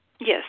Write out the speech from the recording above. Yes